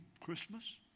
Christmas